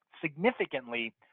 significantly